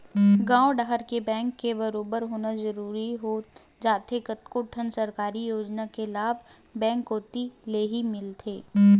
गॉंव डहर के बेंक के बरोबर होना जरूरी हो जाथे कतको ठन सरकारी योजना के लाभ बेंक कोती लेही मिलथे